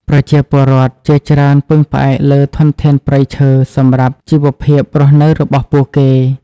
ប្រជាពលរដ្ឋជាច្រើនពឹងផ្អែកលើធនធានព្រៃឈើសម្រាប់ជីវភាពរស់នៅរបស់ពួកគេ។